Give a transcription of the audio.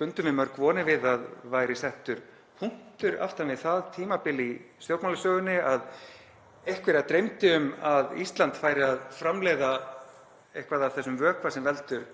bundum við mörg vonir við að væri settur punktur aftan við það tímabil í stjórnmálasögunni að einhverja dreymdi um að Ísland væri að framleiða eitthvað af þessum vökva sem veldur